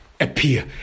appear